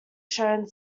shone